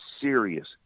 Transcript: serious